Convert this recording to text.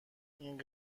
این